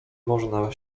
można